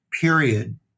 period